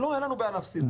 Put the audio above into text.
לא, אין לנו בעיה להפסיד.